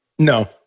No